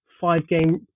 five-game